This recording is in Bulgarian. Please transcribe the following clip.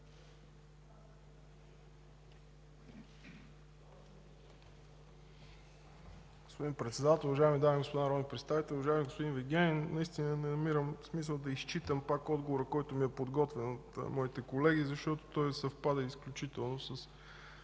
Господин Председател, уважаеми дами и господа народни представители! Уважаеми господин Вигенин, наистина не намирам смисъл да изчитам отговора, който ми е подготвен от моите колеги, защото той съвпада изключително с